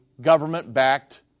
government-backed